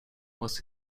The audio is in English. was